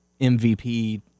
MVP